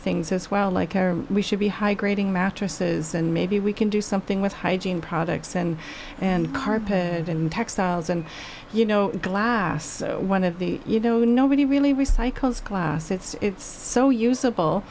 things as well like we should be high grading mattresses and maybe we can do something with hygiene products and and carpet textiles and you know glass one of the you know nobody really recycles glass it's so usable